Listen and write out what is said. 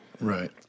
Right